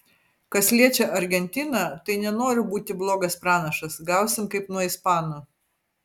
kas liečia argentiną tai nenoriu būti blogas pranašas gausim kaip nuo ispanų